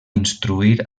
instruir